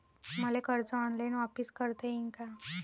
मले कर्ज ऑनलाईन वापिस करता येईन का?